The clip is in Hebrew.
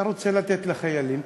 אתה רוצה לתת לחיילים?